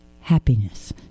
Happiness